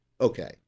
Okay